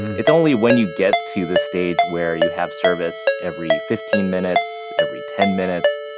it's only when you get to this stage where you have service every fifteen minutes, every ten minutes,